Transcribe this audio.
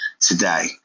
today